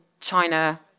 China